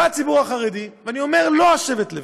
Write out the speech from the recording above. בא הציבור החרדי, ואני אומר, לא שבט לוי,